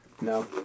No